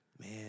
Man